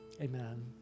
amen